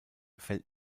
fällt